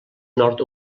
nord